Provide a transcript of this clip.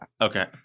Okay